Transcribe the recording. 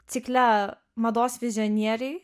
cikle mados vizionieriai